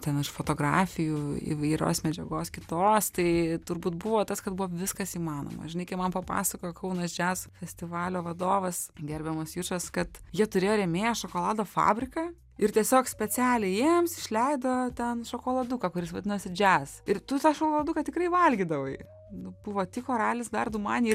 ten iš fotografijų įvairios medžiagos kitos tai turbūt buvo tas kad buvo viskas įmanoma žinai kai man papasakojo kaunas džaz festivalio vadovas gerbiamas jučas kad jie turėjo rėmėją šokolado fabriką ir tiesiog specialiai jiems išleido ten šokoladuką kuris vadinosi džes ir tu tą šokoladuką tikrai valgydavai nu buvo tiko ralis dar du manija ir